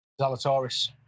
Zalatoris